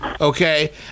okay